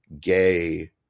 gay